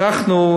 בפריפריה,